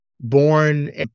born